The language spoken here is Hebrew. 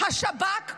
השב"כ.